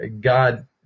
God